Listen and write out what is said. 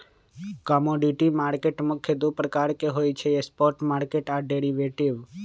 commodity market मुख्य दु प्रकार के होइ छइ स्पॉट मार्केट आऽ डेरिवेटिव